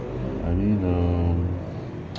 I mean err